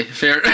fair